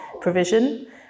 provision